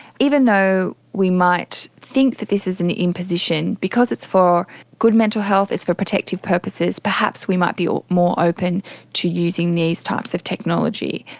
even though we might think that this is an imposition, because it's for good mental health, it's for protective purposes, perhaps we might be more open to using these types of technology.